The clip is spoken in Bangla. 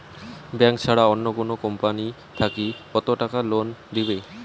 ব্যাংক ছাড়া অন্য কোনো কোম্পানি থাকি কত টাকা লোন দিবে?